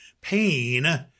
pain